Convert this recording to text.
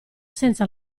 senza